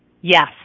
Yes